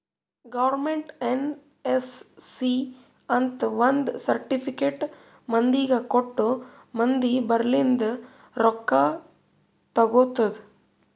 government NSC ಅಂತ್ ಒಂದ್ certificate ಮಂದಿಗ ಕೊಟ್ಟು ಮಂದಿ ಬಲ್ಲಿಂದ್ ರೊಕ್ಕಾ ತಗೊತ್ತುದ್